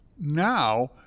now